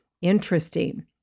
Interesting